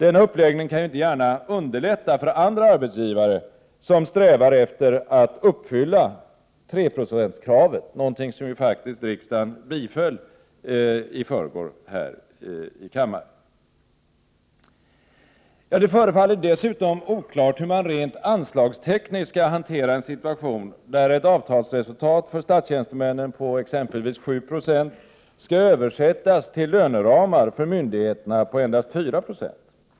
Denna uppläggning kan inte gärna underlätta för andra arbetsgivare, som strävar efter att uppfylla 3-procentskravet, någonting som riksdagen faktiskt beslutade i förrgår. Det förefaller dessutom oklart hur man rent anslagstekniskt skall hantera en situation, där ett avtalsresultat för statstjänstemännen på exempelvis 7 90 skall översättas till löneramar för myndigheterna på endast 4 96.